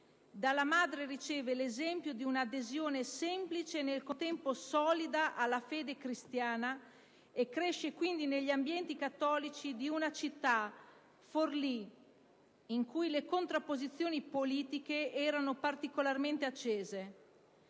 Dalla madre riceve l'esempio di un'adesione semplice e, nel contempo, solida alla fede cristiana. Cresce, quindi, negli ambienti cattolici di una città, Forlì, in cui le contrapposizioni politiche erano particolarmente accese.